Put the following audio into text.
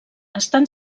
estan